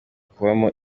kubamo